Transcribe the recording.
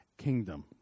kingdom